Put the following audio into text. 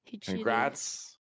Congrats